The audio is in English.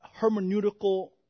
hermeneutical